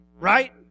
right